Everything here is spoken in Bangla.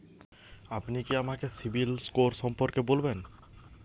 আপনি কি আমাকে সিবিল স্কোর সম্পর্কে বলবেন?